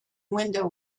window